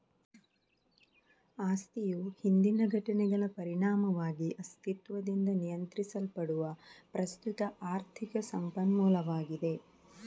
ಆಸ್ತಿಯು ಹಿಂದಿನ ಘಟನೆಗಳ ಪರಿಣಾಮವಾಗಿ ಅಸ್ತಿತ್ವದಿಂದ ನಿಯಂತ್ರಿಸಲ್ಪಡುವ ಪ್ರಸ್ತುತ ಆರ್ಥಿಕ ಸಂಪನ್ಮೂಲವಾಗಿದೆ